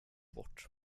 bort